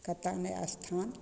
कात्यायने अस्थान